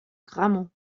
grammont